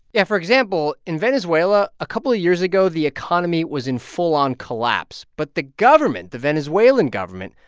yeah for example, in venezuela, a couple of years ago, the economy was in full-on collapse, but the government, the venezuelan government,